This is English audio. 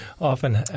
often